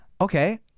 okay